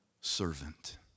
servant